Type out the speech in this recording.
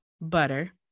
butter